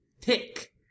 pick